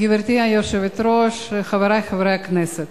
גברתי היושבת-ראש, חברי חברי הכנסת,